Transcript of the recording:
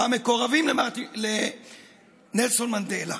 מהמקורבים לנלסון מנדלה.